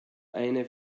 eine